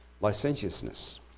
licentiousness